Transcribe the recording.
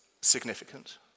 significant